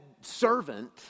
servant